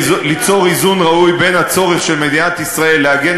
היא ליצור איזון ראוי בין הצורך של מדינת ישראל להגן